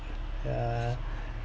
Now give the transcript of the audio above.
ya